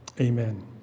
amen